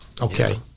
Okay